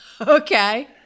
Okay